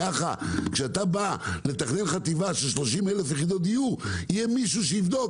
ככה שאתה בא לתכנן חטיבה של 30,000 יחידות דיור יהיה מישהו שיבדוק